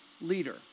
leader